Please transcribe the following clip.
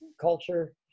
culture